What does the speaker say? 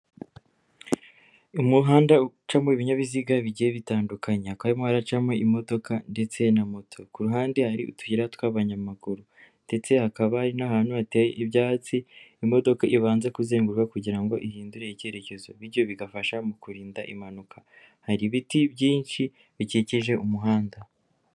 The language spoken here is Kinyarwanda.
Umuhanda ucamo ibinyabiziga bigiye bitandukanye. Hakaba harimo imodoka ndetse na moto. Ku ruhande hari utuyira tw'abanyamaguru ndetse hakaba hari n'ahantu hateye ibyatsi imodoka ibanza kuzenguruka kugira ngo ngo ihindure icyerekezo, bityo bigafasha mu kurinda impanuka, hari ibiti byinshi bikikije umuhanda.